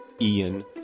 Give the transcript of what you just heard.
Ian